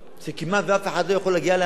שכמעט אף אחד לא יכול להגיע להנחה,